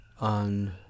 on